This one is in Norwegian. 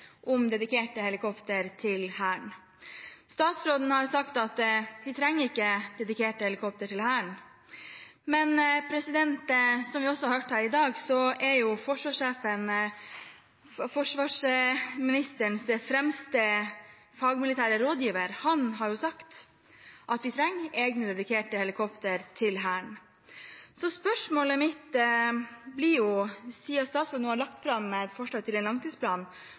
om dedikerte helikoptre til Hæren. Statsråden har sagt at vi ikke trenger dedikerte helikoptre til Hæren. Men som vi også har hørt her i dag, har forsvarsministerens fremste fagmilitære rådgiver sagt at vi trenger egne dedikerte helikoptre til Hæren. Så spørsmålet mitt blir – siden statsråden nå har lagt fram et forslag til en langtidsplan: